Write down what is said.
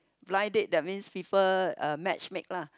blind date that means people uh matchmake lah